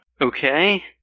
Okay